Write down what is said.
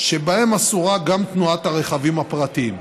שבהן אסורה גם תנועת הרכבים הפרטיים.